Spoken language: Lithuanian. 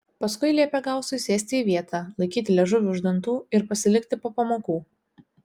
paskui liepė gausui sėsti į vietą laikyti liežuvį už dantų ir pasilikti po pamokų